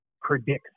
predicts